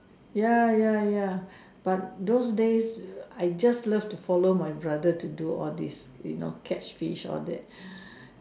ya ya ya but those days I just love to follow my brother to do all these you know catch fish all that